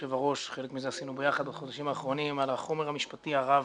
חלק מזה עשינו ביחד בחודשים האחרונים על החומר המשפטי הרב